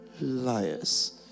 liars